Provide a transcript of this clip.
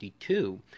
1952